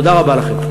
תודה רבה לכם.